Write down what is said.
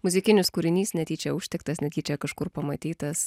muzikinis kūrinys netyčia užtiktas netyčia kažkur pamatytas